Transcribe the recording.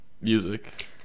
Music